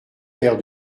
père